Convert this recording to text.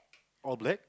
all black